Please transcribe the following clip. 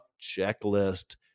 Checklist